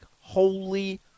holy